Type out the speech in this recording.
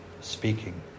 speaking